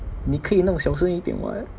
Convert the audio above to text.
ni ke yi nong xiao sheng yi dian what